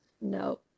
No